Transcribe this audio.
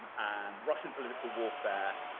um and russian political warfare,